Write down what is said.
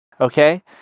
Okay